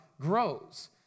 grows